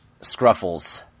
Scruffles